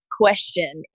question